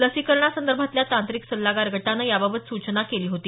लसीकरणासंदर्भातल्या तांत्रिक सल्लागार गटानं याबाबत सूचना केली होती